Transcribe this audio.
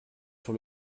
sur